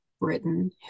Britain